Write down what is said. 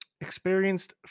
experienced